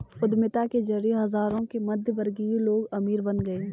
उद्यमिता के जरिए हजारों मध्यमवर्गीय लोग अमीर बन गए